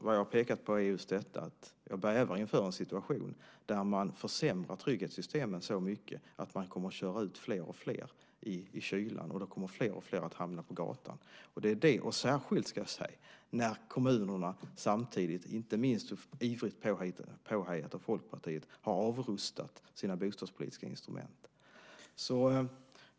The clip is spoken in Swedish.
Vad jag har pekat på är att jag bävar för en situation där trygghetssystemet försämras så mycket att man kommer att köra ut fler och fler i kylan, att fler och fler kommer att hamna på gatan, samtidigt som kommuner, inte minst ivrigt påhejade av Folkpartiet, har avrustat sina bostadspolitiska instrument.